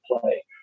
play